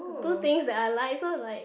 two things that I like so it's like